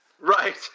right